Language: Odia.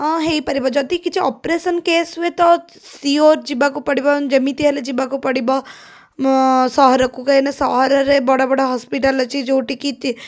ହଁ ହେଇପାରିବ ଯଦି କିଛି ଅପରେସନ୍ କେସ୍ ହୁଏ ତ ସିଓର ଯିବାକୁ ପଡ଼ିବ ଯେମିତିହେଲେ ଯିବାକୁ ପଡ଼ିବ ମୋ ସହରକୁ କାହିଁକି ନା ସହରରେ ବଡ଼ବଡ଼ ହସ୍ପିଟାଲ ଅଛି ଯେଉଁଠିକି